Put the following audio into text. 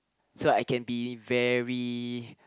so I can be very